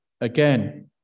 again